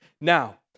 Now